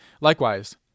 Likewise